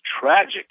tragic